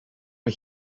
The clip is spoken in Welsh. mae